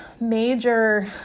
major